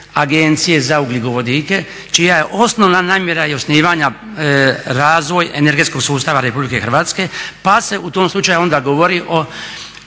Agencije za ugljikovodike čija je osnovna namjera i osnivanja razvoj energetskog sustava RH pa se u tom slučaju onda govorio